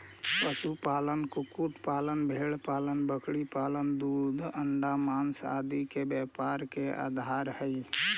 पशुपालन, कुक्कुट पालन, भेंड़पालन बकरीपालन दूध, अण्डा, माँस आदि के व्यापार के आधार हइ